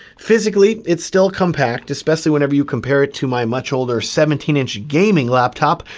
physically, it's still compact, especially whenever you compare it to my much older seventeen inch gaming laptop,